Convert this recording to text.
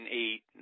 eight